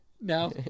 No